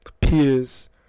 peers